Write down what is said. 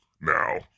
now